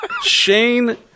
Shane